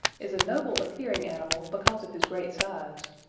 is a noble appearing animal because of his great size,